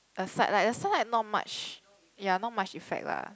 a side light a side light not much ya not much effect lah